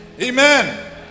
Amen